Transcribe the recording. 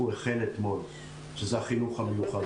החל אתמול עם החינוך המיוחד.